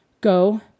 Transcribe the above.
go